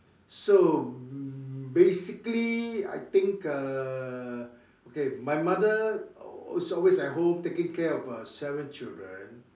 so basically I think err okay my mother is always at home taking care of uh seven children